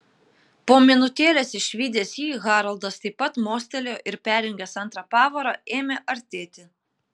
po minutėlės išvydęs jį haroldas taip pat mostelėjo ir perjungęs antrą pavarą ėmė artėti